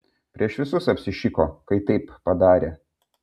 prieš visus apsišiko kai taip padarė